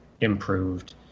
improved